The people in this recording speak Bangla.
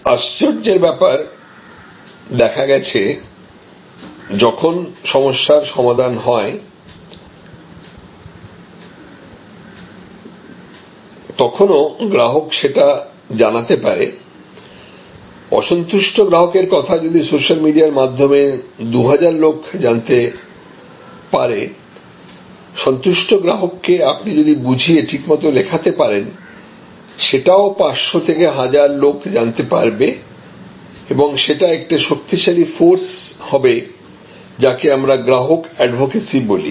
আশ্চর্যের ব্যাপার দেখা গেছে যখন সমস্যার সমাধান হয় তখনো গ্রাহক সেটা জানাতে পারে অসন্তুষ্ট গ্রাহকের কথা যদি সোশ্যাল মিডিয়ার মাধ্যমে ২০০০ লোক জানতে পারে সন্তুষ্ট গ্রাহককে আপনি যদি বুঝিয়ে ঠিকমত লেখাতে পারেন সেটাও 500 1000 লোক জানতে পারবে এবং সেটা একটা শক্তিশালী ফোর্স হবে যাকে আমরা গ্রাহক এডভোকেসি বলি